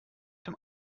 dem